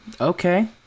okay